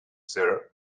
sir